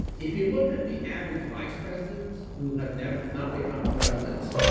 if you look at the average vice presidents who have not not become presidents,